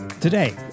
Today